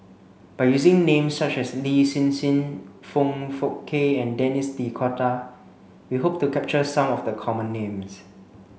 by using names such as Lin Hsin Hsin Foong Fook Kay and Denis D'Cotta we hope to capture some of the common names